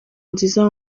nziza